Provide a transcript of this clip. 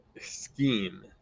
scheme